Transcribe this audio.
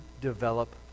develop